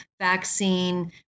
vaccine